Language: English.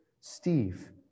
Steve